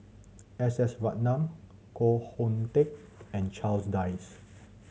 S S Ratnam Koh Hoon Teck and Charles Dyce